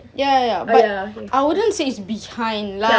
uh ya